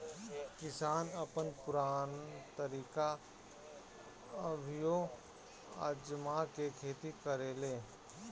किसान अपन पुरान तरीका अभियो आजमा के खेती करेलें